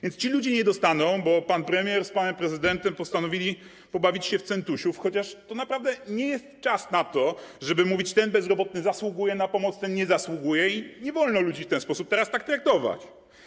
Więc ci ludzie nie dostaną, bo pan premier z panem prezydentem postanowili pobawić się w centusiów, chociaż to naprawdę nie jest czas na to, żeby mówić: ten bezrobotny zasługuje na pomoc, ten nie zasługuje, i nie wolno ludzi w ten sposób teraz tak traktować.